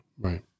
Right